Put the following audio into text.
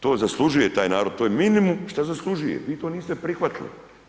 To zaslužuje taj narod, to je minimum što zaslužuje, vi to niste prihvatili.